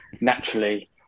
naturally